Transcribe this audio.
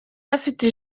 afite